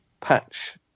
patch